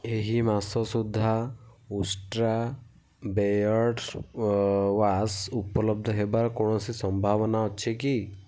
ଏହି ମାସ ସୁଦ୍ଧା ଉଷ୍ଟ୍ରା ବେୟର୍ଡ଼୍ ୱାଶ୍ ଉପଲବ୍ଧ ହେବାର କୌଣସି ସମ୍ଭାବନା ଅଛି କି